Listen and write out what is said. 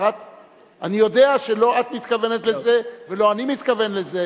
אני יודע שלא את מתכוונת לזה ולא אני מתכוון לזה,